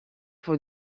for